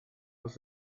los